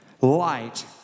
light